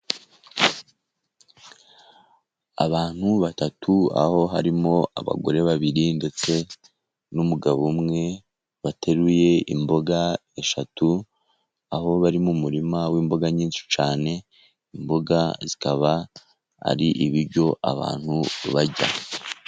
Abantu batatu aho harimo abagore babiri ndetse n'umugabo umwe, bateruye imboga eshatu aho bari mu murima w'imboga nyinshi cyane. Imboga zikaba ari ibiryo abantu barya.